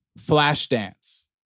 Flashdance